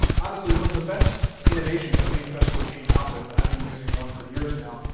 honestly one of the best innovations i think festool came out with and i've been using one for years now.